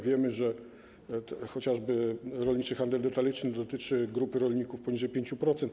Wiemy, że chociażby rolniczy handel detaliczny dotyczy grupy rolników poniżej 5%.